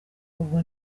ubwo